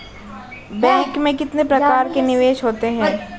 Bank में कितने प्रकार के निवेश होते हैं?